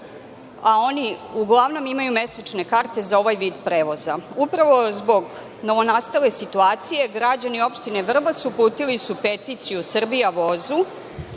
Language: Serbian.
a oni uglavnom imaju mesečne karte za ovaj vid prevoza. Upravo zbog novonastale situacije građani opštine Vrbas uputili su peticiju „Srbija Vozu“